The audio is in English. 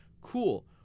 Cool